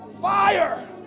Fire